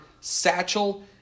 satchel